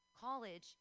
college